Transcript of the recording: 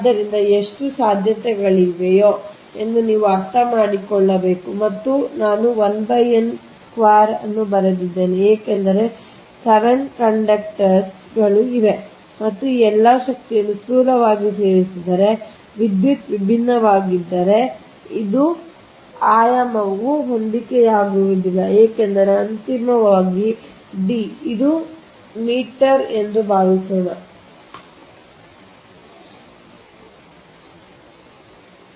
ಆದ್ದರಿಂದ ಎಷ್ಟು ಸಾಧ್ಯತೆಗಳಿವೆ ಎಂದು ನೀವು ಅರ್ಥಮಾಡಿಕೊಳ್ಳಬೇಕು ಮತ್ತು ನಾನು 1 n ಚೌಕವನ್ನು ಬರೆದಿದ್ದೇನೆ ಏಕೆಂದರೆ 7 ಕಂಡಕ್ಟರ್ಗಳು ಇವೆ ಮತ್ತು ಈ ಎಲ್ಲಾ ಶಕ್ತಿಯನ್ನು ಸ್ಥೂಲವಾಗಿ ಸೇರಿಸಿದರೆ ವಿದ್ಯುತ್ ವಿಭಿನ್ನವಾಗಿದ್ದರೆ ಮತ್ತು ಇದು ವಿಭಿನ್ನವಾಗಿದ್ದರೆ ಆಯಾಮವು ಹೊಂದಿಕೆಯಾಗುವುದಿಲ್ಲ ಏಕೆಂದರೆ ಅಂತಿಮವಾಗಿ D ಇದು ಮೀಟರ್ ಎಂದು ಭಾವಿಸೋಣ ಅದು ಮೀಟರ್ ಎಂದು ಭಾವಿಸೋಣ